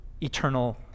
eternal